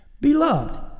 Beloved